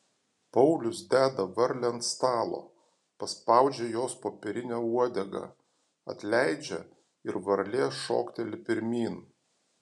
paulius deda varlę ant stalo paspaudžia jos popierinę uodegą atleidžia ir varlė šokteli pirmyn